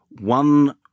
One